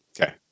Okay